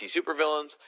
supervillains